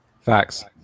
Facts